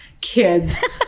Kids